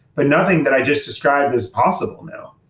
but nothing that i just described is possible now.